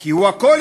כי הוא הכול-יכול,